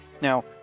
Now